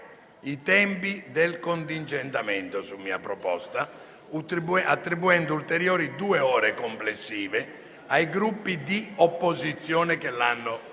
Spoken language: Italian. i tempi del contingentamento, su mia proposta, attribuendo ulteriori due ore complessive ai Gruppi di opposizione che l'hanno richiesto.